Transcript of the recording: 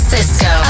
Cisco